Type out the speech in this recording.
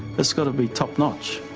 that's got to be top-notch.